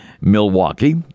Milwaukee